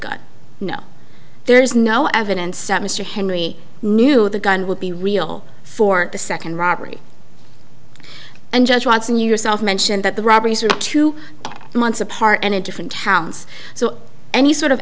gun no there is no evidence that mr henry knew the gun would be real for the second robbery and judge watson yourself mentioned that the robberies are two months apart and in different towns so any sort of